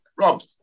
Rob